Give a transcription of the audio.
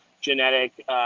genetic